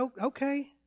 okay